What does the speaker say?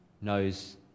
knows